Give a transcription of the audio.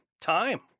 time